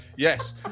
Yes